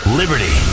liberty